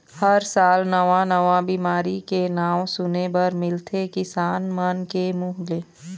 हर साल नवा नवा बिमारी के नांव सुने बर मिलथे किसान मन के मुंह ले